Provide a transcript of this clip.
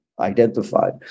identified